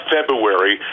February